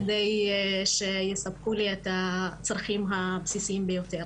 על מנת שיספקו לי את הצרכים הבסיסיים ביותר.